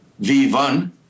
V1